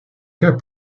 cas